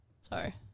Sorry